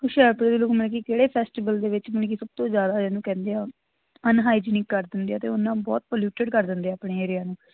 ਹੁਸ਼ਿਆਰਪੁਰ ਦੇ ਲੋਕ ਮਲ ਕਿ ਕਿਹੜੇ ਫੈਸਟੀਵਲ ਦੇ ਵਿੱਚ ਯਾਨੀ ਕਿ ਸਭ ਤੋਂ ਜ਼ਿਆਦਾ ਇਹਨੂੰ ਕਹਿੰਦੇ ਆ ਅਨਹਾਈਜਿਨਿਕ ਕਰ ਦਿੰਦੇ ਆ ਅਤੇ ਉਹ ਨਾ ਬਹੁਤ ਪੋਲਿਊਟਡ ਕਰ ਦਿੰਦੇ ਆ ਆਪਣੇ ਏਰੀਆ ਨੂੰ